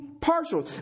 partial